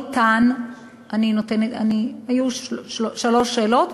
היו שלוש שאלות,